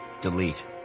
Delete